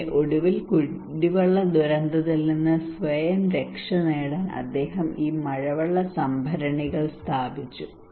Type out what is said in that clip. അങ്ങനെ ഒടുവിൽ കുടിവെള്ള ദുരന്തത്തിൽ നിന്ന് സ്വയം രക്ഷനേടാൻ അദ്ദേഹം ഈ മഴവെള്ള സംഭരണികൾ സ്ഥാപിച്ചു